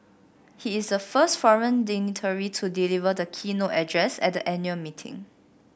he is the first foreign dignitary to deliver the keynote address at the annual meeting